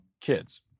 kids